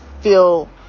feel